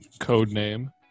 Codename